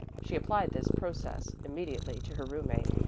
she applied this process immediately to her roommate.